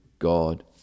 god